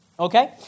Okay